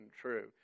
true